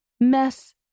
mess